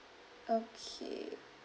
okay